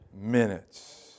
minutes